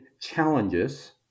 challenges